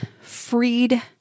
freed